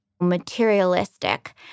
Materialistic